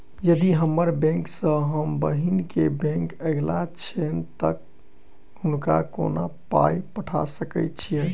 यदि हम्मर बैंक सँ हम बहिन केँ बैंक अगिला छैन तऽ हुनका कोना पाई पठा सकैत छीयैन?